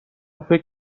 فکر